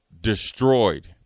destroyed